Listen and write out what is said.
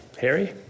Harry